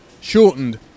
shortened